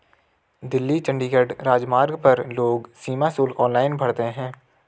दिल्ली चंडीगढ़ राजमार्ग पर लोग सीमा शुल्क ऑनलाइन भरते हैं